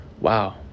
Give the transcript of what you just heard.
wow